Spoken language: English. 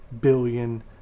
billion